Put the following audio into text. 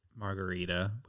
Margarita